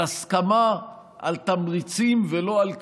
על הסכמה, על תמריצים ולא על כפייה.